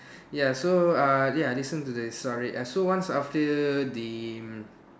ya so uh ya listen to the story uh so once after the mm